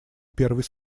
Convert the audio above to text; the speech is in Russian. первый